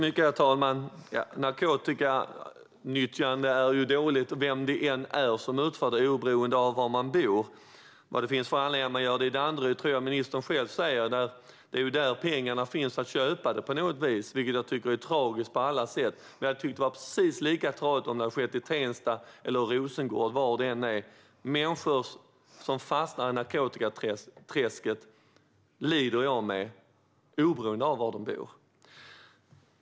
Herr talman! Narkotikanyttjande är ju dåligt vem det än är som berörs och oberoende av var man bor. Vad det finns för anledningar till att man gör det i Danderyd tror jag att ministern själv är inne på när han säger att det är där pengarna för att köpa narkotikan finns. Det tycker jag är tragiskt på alla sätt, men jag hade tyckt att det var precis lika tragiskt om det hade skett i Tensta eller i Rosengård. Jag lider med människor som fastnar i narkotikaträsket oberoende av var de bor.